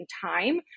time